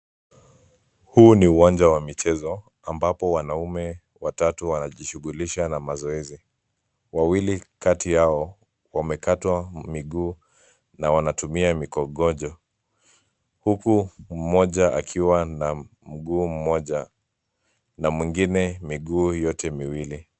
Huu ni uwanja wa michezo ambapo wanaume watatu wanajishughulisha na mazoezi, wawili kati yao wamekatwa miguu na wanatumia mikongojo huku mmoja akiwa na mguu mmoja na mwingine miguu yote miwili.